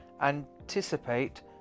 anticipate